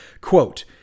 Quote